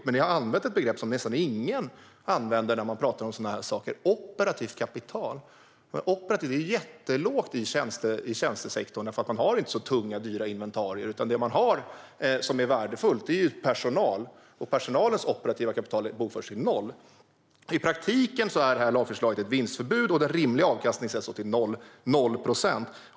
Men ni har använt ett begrepp som nästan ingen använder när man pratar om sådana här saker: operativt kapital. Men i tjänstesektorn är operativt kapital jättelågt, eftersom man inte har tunga och dyra inventarier. Det man har som är värdefullt är personal. Och personalens operativa kapital bokförs som noll. I praktiken är lagförslaget ett vinstförbud. Den rimliga avkastningen sätts till 0 procent.